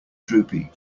droopy